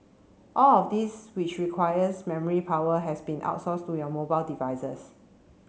all of these which requires memory power has been outsourced to your mobile devices